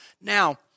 Now